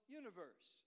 universe